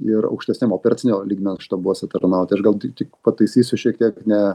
ir aukštesniam operacinio lygmens štabuose tarnauti aš gal tik pataisysiu šiek tiek ne